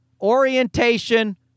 orientation